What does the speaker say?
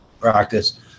practice